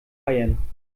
bayern